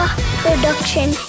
production